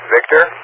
Victor